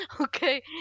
Okay